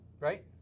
Right